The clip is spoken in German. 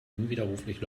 unwiderruflich